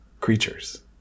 creatures